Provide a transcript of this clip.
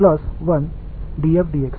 இப்போது இது என்ன என்று கண்டுபிடிக்கவும்